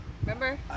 Remember